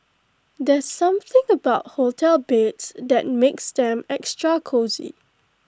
there's something about hotel beds that makes them extra cosy